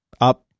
up